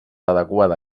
adequada